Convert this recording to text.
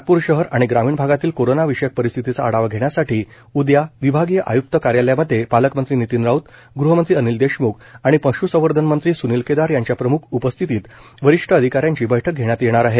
नागपूर शहर आणि ग्रामीण भागातील कोरोना विषयक परिस्थितीचा आढावा घेण्यासाठी उद्या विभागीय आय्क्त कार्यालय मध्ये पालकमंत्री नितीन राऊत गृहमंत्री अनिल देशम्ख व पश्संवर्धन मंत्री स्नील केदार यांच्या प्रम्ख उपस्थितीत वरिष्ठ अधिकाऱ्यांची बैठक घेण्यात आली